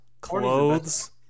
Clothes